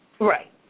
Right